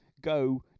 go